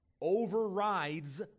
overrides